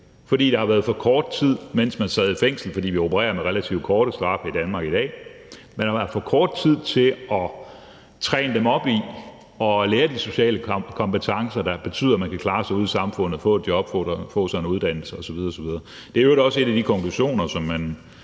fordi der har været for kort tid, mens de sad i fængsel – fordi vi opererer med nogle relativt korte straffe i Danmark i dag – til at træne dem op i at lære de sociale kompetencer, der betyder, at de kan klare sig ude i samfundet og få et job og få sig en uddannelse osv. osv. Det er i øvrigt også en af de konklusioner, som vi